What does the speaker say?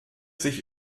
sich